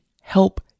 help